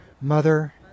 Mother